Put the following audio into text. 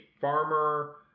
farmer